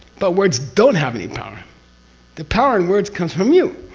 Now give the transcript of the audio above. but words don't have any power the power in words comes from you.